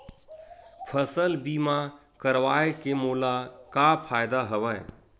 फसल बीमा करवाय के मोला का फ़ायदा हवय?